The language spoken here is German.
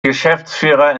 geschäftsführer